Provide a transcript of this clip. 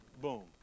boom